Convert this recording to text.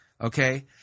Okay